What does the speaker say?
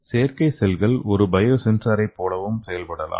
செயற்கை செல்கள் ஒரு பயோசென்சரைப் போலவும் செயல்படலாம்